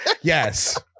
Yes